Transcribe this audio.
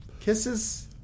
kisses